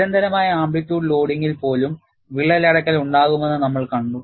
നിരന്തരമായ ആംപ്ലിറ്റ്യൂഡ് ലോഡിംഗിൽ പോലും വിള്ളൽ അടയ്ക്കൽ ഉണ്ടാകാമെന്ന് നമ്മൾ കണ്ടു